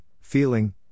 feeling